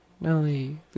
Nelly